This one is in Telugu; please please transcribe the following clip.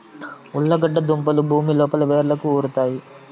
ఉర్లగడ్డ దుంపలు భూమి లోపల వ్రేళ్లకు ఉరుతాయి